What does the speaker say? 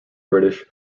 british